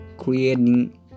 creating